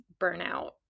burnout